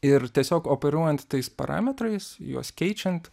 ir tiesiog operuojant tais parametrais juos keičiant